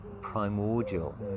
primordial